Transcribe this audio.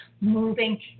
moving